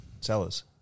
Sellers